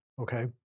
Okay